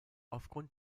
aufgrund